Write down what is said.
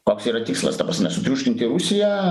koks yra tikslas ta prasme sutriuškinti rusiją